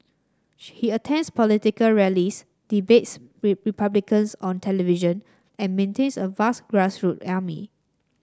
she attends political rallies debates Republicans on television and maintains a vast grassroots army